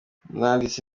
nanditse